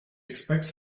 expects